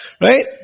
right